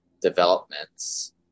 developments